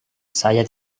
saya